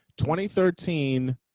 2013